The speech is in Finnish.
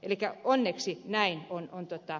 elikkä onneksi näin on edetty